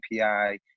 api